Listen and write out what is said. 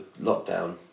lockdown